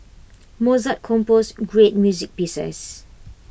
Mozart composed great music pieces